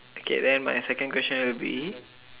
okay then my second question will be